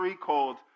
called